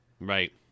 right